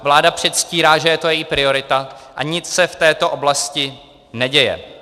Vláda předstírá, že je to její priorita, a nic se v této oblasti neděje.